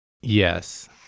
Yes